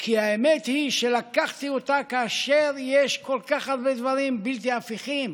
כי האמת היא שלקחתי אותה כאשר יש כל כך הרבה דברים בלתי הפיכים,